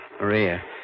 Maria